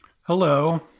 Hello